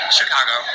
Chicago